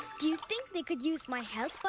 do you think they could use my help,